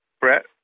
Brett